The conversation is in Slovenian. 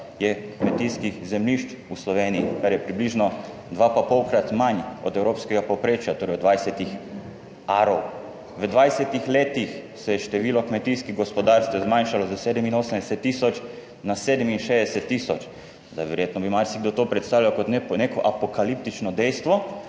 je kmetijskih zemljišč v Sloveniji, kar je približno dva pa pol krat manj od evropskega povprečja, torej od 20 arov. V 20 letih se je število kmetijskih gospodarstev zmanjšalo s 87 tisoč na 67 tisoč. Zdaj, verjetno bi marsikdo to predstavljal kot neko apokaliptično dejstvo,